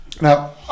now